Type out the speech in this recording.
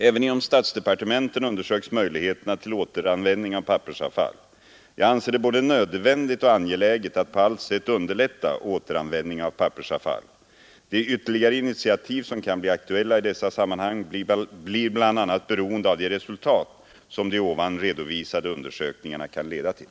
Även inom statsdepartementen undersöks möjligheterna till återanvändning av pappersavfall. Jag anser det både nödvändigt och angeläget att på allt sätt underlätta återanvändning av pappersavfall. De ytterligare initiativ som kan bli aktuella i dessa sammanhang blir bl.a. beroende av de resultat som de ovan redovisade undersökningarna kan leda till.